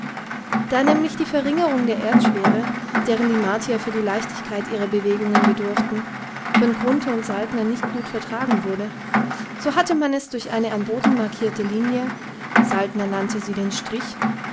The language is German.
da nämlich die verringerung der erdschwere deren die martier für die leichtigkeit ihrer bewegungen bedurften von grunthe und saltner nicht gut vertragen wurde so hatte man es durch eine am boden markierte linie saltner nannte sie den strich